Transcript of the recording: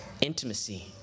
Intimacy